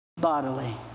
bodily